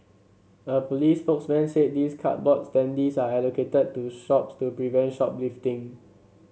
a police spokesman said these cardboard standees are allocated to shops to prevent shoplifting